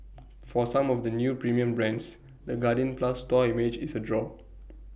for some of the new premium brands the guardian plus store image is A draw